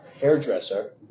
hairdresser